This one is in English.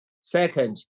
Second